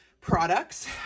products